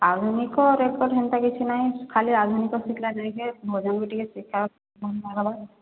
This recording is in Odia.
ଆଧୁନିକ ରେକର୍ଡ଼ ହେନ୍ତା କିଛି ନାଇଁ ଖାଲି ଆଧୁନିକ ଶିଖିଲା ନାହିଁ ଯେ ଭଜନ ବି ଟିକେ ଶିଖିବା ଭଲ୍ ଲଗ୍ବା